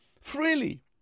freely